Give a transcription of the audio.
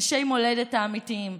אנשי מולדת האמיתיים,